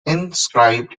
inscribed